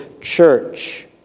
church